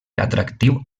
atractiu